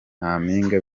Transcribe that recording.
nyampinga